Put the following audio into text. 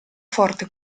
forte